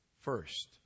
first